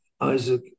Isaac